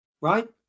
right